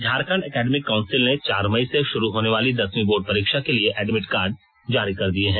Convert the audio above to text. Jharkhand academic council ने चार मई से शुरू होनेवाली दसवीं बोर्ड परीक्षा के लिए एडमिट कार्ड जारी कर दिए हैं